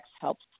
helps